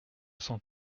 cent